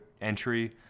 entry